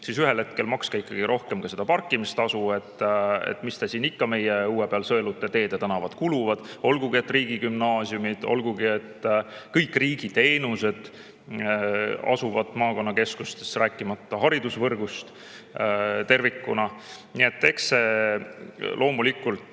siis ühel hetkel makske rohkem ka seda parkimistasu, mis te siin ikka meie õue peal sõelute, teed ja tänavad kuluvad," olgugi et riigigümnaasiumid ja kõik riigiteenused asuvad maakonnakeskustes, rääkimata haridusvõrgust tervikuna. Nii et eks see kõik